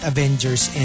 Avengers